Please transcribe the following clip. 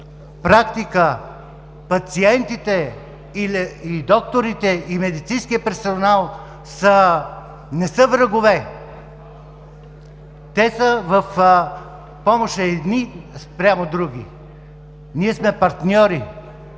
практика пациентите и докторите, и медицинският персонал не са врагове. Те са в помощ на едни спрямо други. Ние сме партньори,